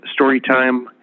Storytime